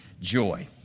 Joy